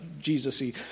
Jesus-y